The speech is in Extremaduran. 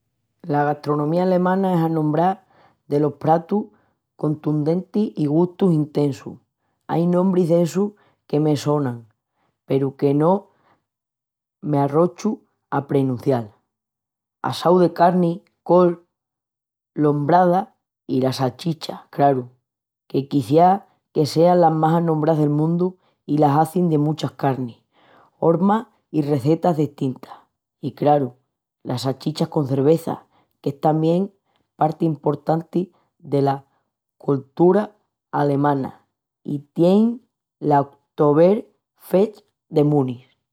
La gastronomía alemana es anombrá delos pratus contundentes i gustus intesus. Ain nombris d'essus que me sonan peru que no m'arrochu a prenuncial. Assau de carni, col, lombrada i las salchichas, craru, que quiciás que sean las más anombrás del mundu i las hazin de muchas carnis, hormas i rezetas destintas. I, craru, las salchichas con cerveza, qu'es tamién parti emportanti dela coltura alemana i tienin la Oktober Fest de Munich.